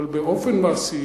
אבל באופן מעשי,